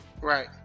Right